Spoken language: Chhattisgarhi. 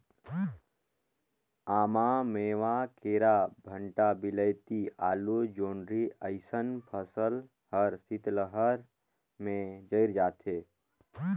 आमा, मेवां, केरा, भंटा, वियलती, आलु, जोढंरी अइसन फसल हर शीतलहार में जइर जाथे